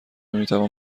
میتوان